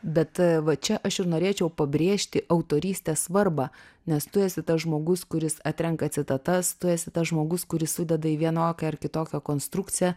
bet va čia aš ir norėčiau pabrėžti autorystės svarbą nes tu esi tas žmogus kuris atrenka citatas tu esi tas žmogus kuris sudeda į vienokią ar kitokią konstrukciją